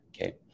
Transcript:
Okay